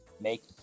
make